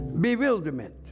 bewilderment